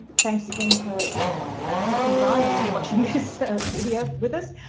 thanks again for ah dropping by and watching this video with us.